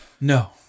No